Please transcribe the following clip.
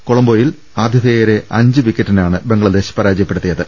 കൊളം ബോയിൽ ആതിഥേയരെ അഞ്ച് വിക്കറ്റിനാണ് ബംഗ്ലാ ദേശ് പരാജയപ്പെടുത്തിയത്